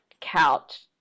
couch